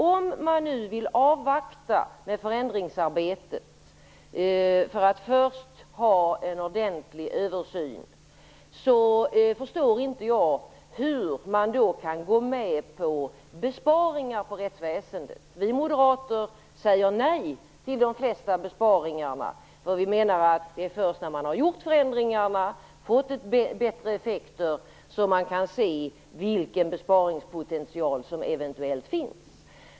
Om man nu vill avvakta med förändringsarbetet för att först ha en ordentlig översyn förstår jag inte hur man då kan gå med på besparingar på rättsväsendet. Vi moderater säger nej till de flesta besparingarna. Vi menar att det är först när man har gjort förändringarna och fått bättre effekter som man kan se vilken besparingspotential som eventuellt finns.